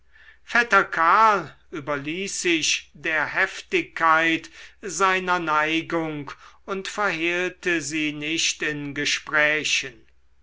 vetter karl überließ sich der heftigkeit seiner neigung und verhehlte sie nicht in gesprächen